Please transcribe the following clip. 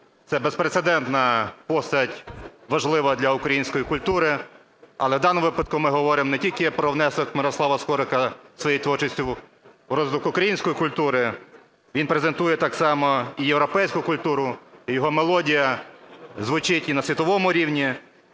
це безпрецедентна постать, важлива для української культури. Але в даному випадку ми говоримо не тільки про внесок Мирослава Скорика своєю творчістю в розвиток української культури, він презентує так само і європейську культуру. І його мелодія звучить і на світовому рівні,